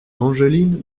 angeline